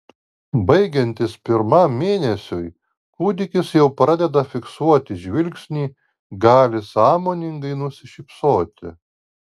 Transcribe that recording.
baigiantis pirmam mėnesiui kūdikis jau pradeda fiksuoti žvilgsnį gali sąmoningai nusišypsoti